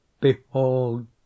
Behold